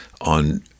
on